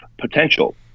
potential